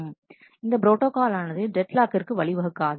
இந்த ப்ரோட்டாகால் ஆனது டெட் லாக்கிற்கு வழிவகுக்காது